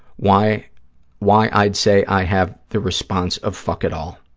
why why i'd say i have the response of fuck it all.